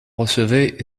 recevait